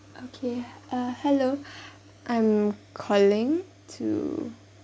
okay uh hello I'm calling to